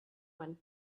one